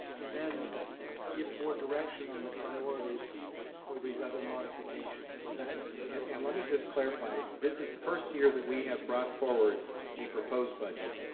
and then give board direction on the priorities for these other modifications, is that? and and let me just clarify. this is the first year that we have brought forward a proposed budget.